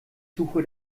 suche